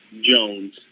Jones